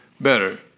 better